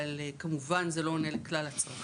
אבל כמובן זה לא עונה לכלל הצרכים.